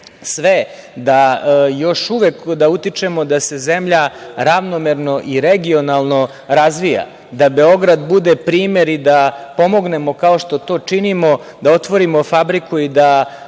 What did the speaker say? učinimo sve da utičemo da se zemlja ravnomerno i regionalno razvija, da Beograd bude primer i da pomognemo kao što to činimo, da otvorimo fabriku i da